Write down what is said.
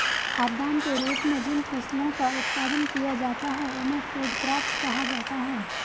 खाद्यान्न के रूप में जिन फसलों का उत्पादन किया जाता है उन्हें फूड क्रॉप्स कहा जाता है